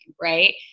right